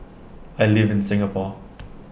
I live in Singapore